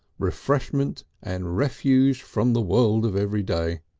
refreshment and refuge from the world of everyday.